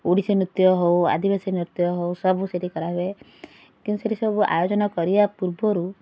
ଓଡ଼ିଶୀ ନୃତ୍ୟ ହଉ ଆଦିବାସୀ ନୃତ୍ୟ ହଉ ସବୁ ସେଇଠି କରାହୁଏ କିନ୍ତୁ ସବୁ ସେଇଠି ଆୟୋଜନ କରିବା ପୂର୍ବରୁ